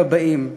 הכבאים,